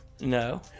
No